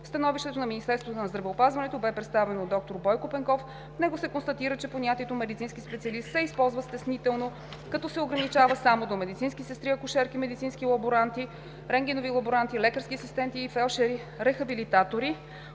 Становището на Министерството на здравеопазването бе представено от доктор Бойко Пенков. В него се констатира, че понятието „медицински специалист“ се използва стеснително, като се ограничава само до медицински сестри, акушерки, медицински лаборанти, рентгенови лаборанти, лекарски асистенти и фелдшери, рехабилитатори,